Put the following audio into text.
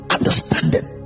Understanding